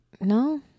No